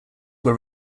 were